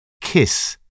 kiss